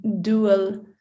dual